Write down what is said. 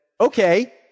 okay